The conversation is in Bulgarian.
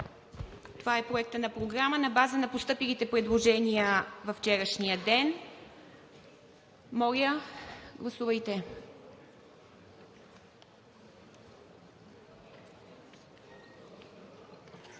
Това е Проектът на програма на база на постъпилите предложения във вчерашния ден. Моля, гласувайте!